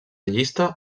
llista